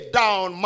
down